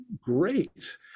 great